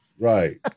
Right